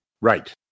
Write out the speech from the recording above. Right